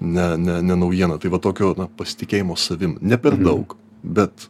ne ne ne naujiena tai va tokio na pasitikėjimo savim ne per daug bet